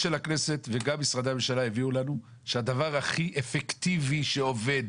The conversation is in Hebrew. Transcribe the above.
של הכנסת וגם משרדי הממשלה הביאו לנו שהדבר הכי אפקטיבי שעובד